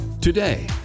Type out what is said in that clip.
Today